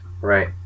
Right